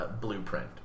blueprint